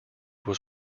was